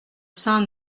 saint